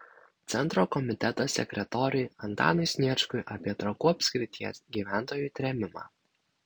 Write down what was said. centro komiteto sekretoriui antanui sniečkui apie trakų apskrities gyventojų trėmimą